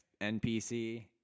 npc